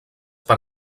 per